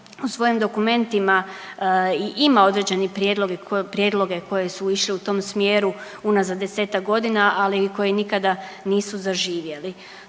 u svojim dokumentima i ima određene prijedloge koji su išli u tom smjeru unazad 10-tak godina, ali i koji nikada nisu zaživjeli,